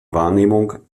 wahrnehmung